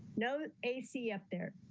no ac up there.